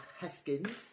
Heskins